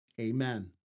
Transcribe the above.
Amen